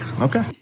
okay